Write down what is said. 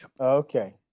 Okay